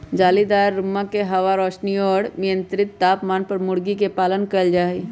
जालीदार रुम्मा में हवा, रौशनी और मियन्त्रित तापमान पर मूर्गी के पालन कइल जाहई